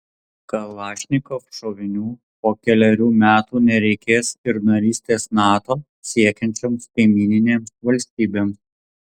kalašnikov šovinių po kelerių metų nereikės ir narystės nato siekiančioms kaimyninėms valstybėms